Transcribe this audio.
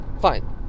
fine